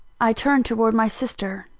i turned towards my sister.